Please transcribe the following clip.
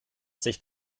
sich